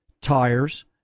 tires